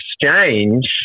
exchange